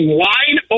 wide